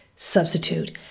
substitute